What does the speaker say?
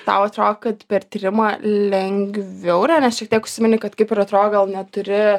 tau atrodo kad per tyrimą lengviau nes šiek tiek užsimeni kad kaip ir atrodo gal neturi